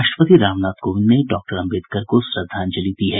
राष्ट्रपति रामनाथ कोविंद ने डॉक्टर अम्बेडकर को श्रद्धांजलि दी है